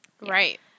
Right